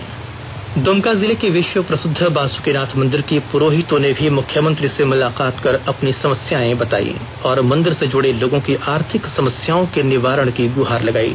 special story Dumka दमका जिले के विश्व प्रसिद्ध बासुकिनाथ मंदिर के पुरोहितों ने भी मुख्यमंत्री से मुलाकात कर अपनी समस्याए बतायी और मंदिर से जुर्डे लोगों की आर्थिक समस्याओं के निवारण की गुहार लगायी